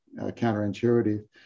counterintuitive